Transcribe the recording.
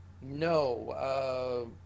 No